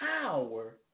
power